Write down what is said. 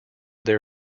their